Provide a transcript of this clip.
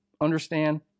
understand